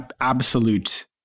absolute